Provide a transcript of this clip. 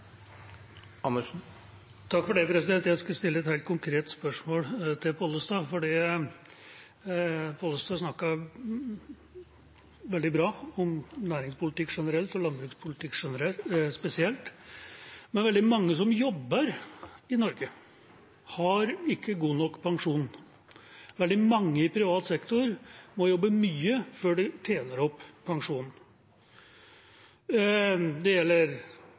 landbrukspolitikk spesielt. Veldig mange som jobber i Norge, har ikke god nok pensjon. Veldig mange i privat sektor må jobbe mye før de tjener opp pensjon. Det gjelder